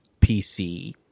PC